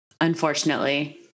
Unfortunately